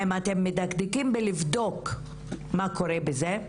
האם אתם מדקדקים בלבדוק מה קורה בזה.